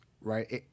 right